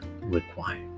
required